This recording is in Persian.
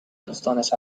دوستانش